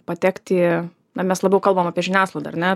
patekt į na mes labiau kalbam apie žiniasklaidą ar ne